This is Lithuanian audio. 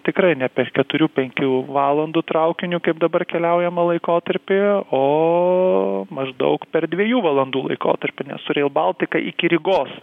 tikrai ne per keturių penkių valandų traukiniu kaip dabar keliaujama laikotarpyje o maždaug per dviejų valandų laikotarpį nes su reil baltika iki rygos